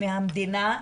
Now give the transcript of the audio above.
מהמדינה.